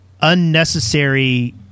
unnecessary